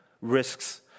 risks